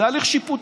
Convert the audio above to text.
זה הליך שיפוטי.